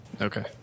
Okay